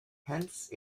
hence